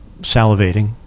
salivating